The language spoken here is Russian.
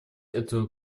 эту